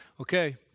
okay